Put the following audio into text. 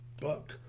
buck